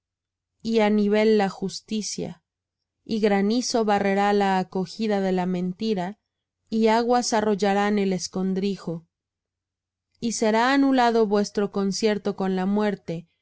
y á nivel la justicia y granizo barrerá la acogida de la mentira y aguas arrollarán el escondrijo y será anulado vuestro concierto con la muerte